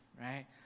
right